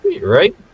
right